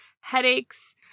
headaches